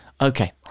okay